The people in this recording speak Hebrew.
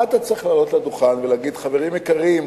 מה אתה צריך לעלות לדוכן ולהגיד: חברים יקרים,